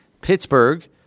Pittsburgh